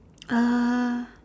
uh